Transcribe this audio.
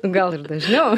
gal ir dažniau